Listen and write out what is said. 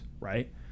right